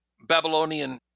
Babylonian